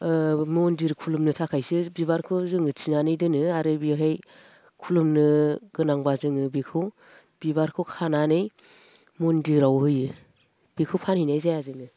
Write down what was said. मन्दिर खुलुमनो थाखायसो बिबारखौ जोङो थिनानै दोनो आरो बेहाय खुलुमनो गोनांब्ला जोङो बेखौ बिबारखौ खानानै मन्दिराव होयो बेखौ फानहैनाय जाया जोङो